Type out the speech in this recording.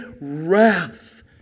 wrath